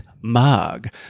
mug